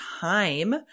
time